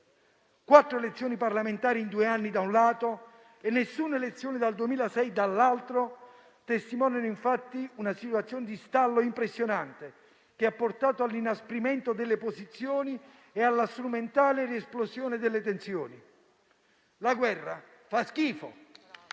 Quattro elezioni parlamentari in due anni, da un lato, e nessuna elezione dal 2006, dall'altro, testimoniano, infatti, una situazione di stallo impressionante, che ha portato all'inasprimento delle posizioni e alla strumentale riesplosione delle tensioni. La guerra fa schifo!